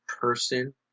person